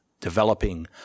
developing